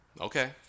Okay